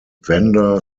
vanda